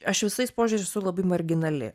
aš visais požiūriais esu labai marginali